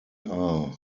are